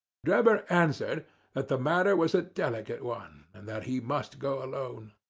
drebber answered that the matter was a delicate one, and that he must go alone.